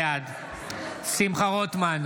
בעד שמחה רוטמן,